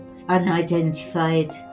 Unidentified